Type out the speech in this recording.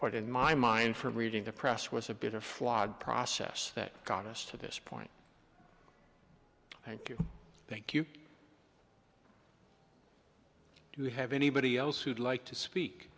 it in my mind from reading the press was a bit of flawed process that got us to this point thank you thank you do you have anybody else who'd like to speak